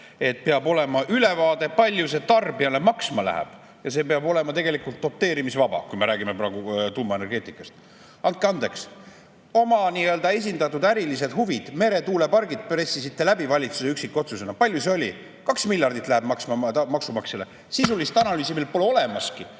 et peab olema ülevaade, palju see tarbijale maksma läheb, ja see peab olema tegelikult doteerimisvaba, kui me räägime praegu tuumaenergeetikast. Andke andeks! Oma esindatud ärilised huvid, meretuulepargid pressisite läbi valitsuse üksikotsusena! Palju see oli? 2 miljardit läheb maksma maamaksumaksjale! Sisulist analüüsi pole olemaski!